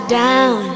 down